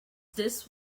this